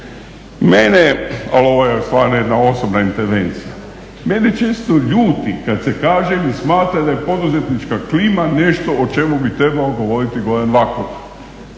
Mene, ali ovo je stvarno jedna osobna intervencija, mene često ljuti kada se kaže i smatra da je poduzetnička klima nešto o čemu bi trebao govoriti Goran Vakula.